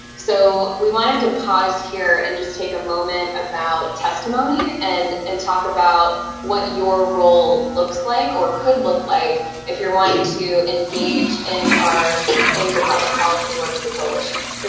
so we wanted to pause here and just take a moment about testimony and and talk about what your role looks like or could look like if you're wanting to engage in and the public policy work of the coalition. so